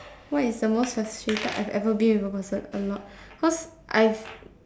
what is the most frustrated I've ever been with a person a lot cause I've